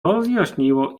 rozjaśniło